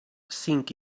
cinc